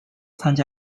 参加